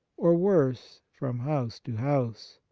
or, worse, from house to house.